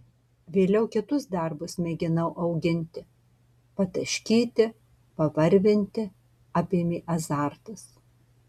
vėliau kitus darbus mėginau auginti pataškyti pavarvinti apėmė azartas